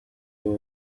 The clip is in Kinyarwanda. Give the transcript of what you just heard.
ubu